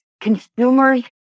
consumers